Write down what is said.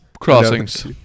Crossings